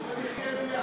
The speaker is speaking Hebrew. בוא נחיה ביחד.